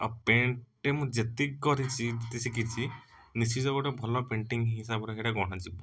ଆଉ ପେଣ୍ଟଟେ ମୁଁ ଯେତିକି କରିଛି କି ଶିଖିଛି ନିଶ୍ଚିତ ଗୋଟେ ଭଲ ପେଣ୍ଟିଙ୍ଗ ହିସାବ ରେ ହେଇଟା ଗଣା ଯିବ